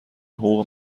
حقوق